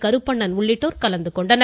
கருப்பணன் உள்ளிட்டோர் கலந்து கொண்டனர்